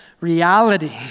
reality